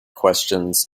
questions